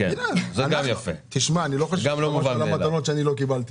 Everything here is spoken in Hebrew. מה הקבוצה שתיהנה מהתקנות האלה בטווח הזמן המידי?